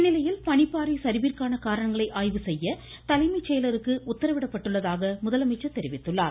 இந்நிலையில் பனிப்பாறை சரிவிற்கான காரணங்களை ஆய்வு செய்ய தலைமை செயலருக்கு உத்தரவிடப்பட்டுள்ளதாக முதலமைச்சர் தெரிவித்தார்